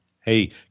Hey